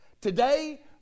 Today